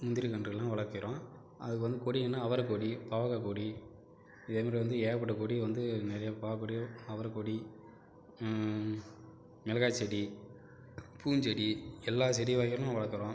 முந்திரிகன்றுகளா வளர்க்கிறோம் அதுக்கு வந்து கொடினா அவரை கொடி பாவக்காய் கொடி இதே மாரி வந்து ஏகப்பட்ட கொடி வந்து நிறையா பாவக்கொடியும் அவரை கொடி மிளகாய் செடி பூஞ்செடி எல்லா செடி வகைகளும் வளர்க்கறோம்